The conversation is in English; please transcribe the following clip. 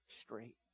straight